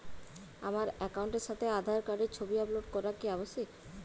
আমার অ্যাকাউন্টের সাথে আধার কার্ডের ছবি আপলোড করা কি আবশ্যিক?